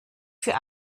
für